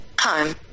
Home